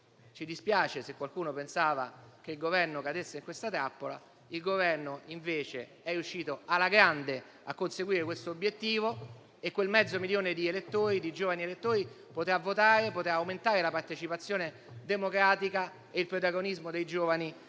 Ci dispiace se qualcuno pensava che il Governo cadesse in questa trappola. Il Governo invece è riuscito alla grande a conseguire questo obiettivo e quel mezzo milione di giovani elettori potrà votare, potrà aumentare la partecipazione democratica e il protagonismo dei giovani